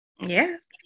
Yes